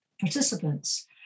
participants